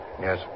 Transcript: Yes